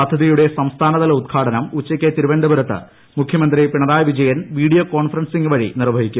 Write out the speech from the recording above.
പദ്ധതിയുടെ സംസ്ഥാനതല ഉദ്ഘാടനം ഉച്ചയ്ക്ക് തിരുവനന്തപുരത്ത് മുഖ്യമന്ത്രി പിണറായി വിജയൻ വീഡിയോ കോൺഫറൻസിങ് വഴി നിർവഹിക്കും